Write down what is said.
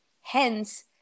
hence